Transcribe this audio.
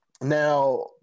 Now